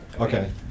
Okay